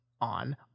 on